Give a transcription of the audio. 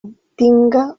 obtinga